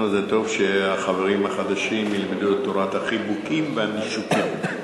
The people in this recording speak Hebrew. זה טוב שהחברים החדשים ילמדו את תורת החיבוקים והנישוקים.